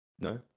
no